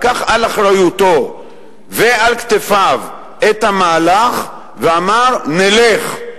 לקח על אחריותו ועל כתפיו את המהלך ואמר: נלך.